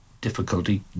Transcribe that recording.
difficulty